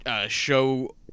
show